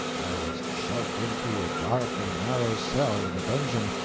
i was shoved into a dark and narrow cell in a dungeon,